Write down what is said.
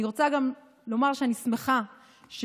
אני רוצה גם לומר שאני שמחה שנבחרתי